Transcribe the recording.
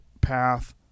path